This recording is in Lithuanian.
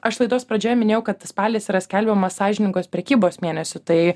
aš laidos pradžioje minėjau kad spalis yra skelbiamas sąžiningos prekybos mėnesiu tai